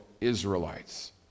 Israelites